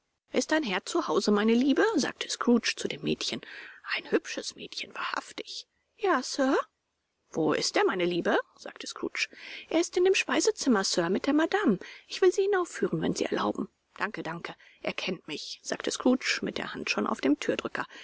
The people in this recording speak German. ist dein herr zu hause meine liebe sagte scrooge zu dem mädchen ein hübsches mädchen wahrhaftig ja sir wo ist er meine liebe sagte scrooge er ist in dem speisezimmer sir mit der madame ich will sie hinaufführen wenn sie erlauben danke danke er kennt mich sagte scrooge mit der hand schon auf dem